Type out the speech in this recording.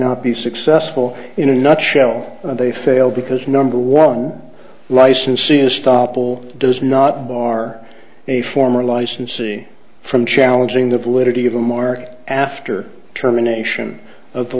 not be successful in a nutshell they fail because number one licensee is topple does not bar a former licensee from challenging the validity of the mark after terminations of the